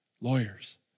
lawyers